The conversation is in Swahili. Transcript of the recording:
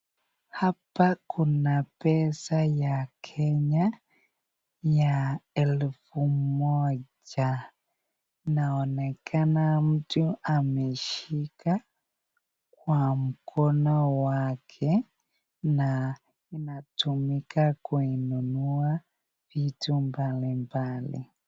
Hapa kuna pesa ya Kenya ya elfu moja, naonekana mtu ameshika kwa mkono wake na inatumika kununua vitu mbali mbalia.